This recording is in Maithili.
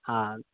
हाँ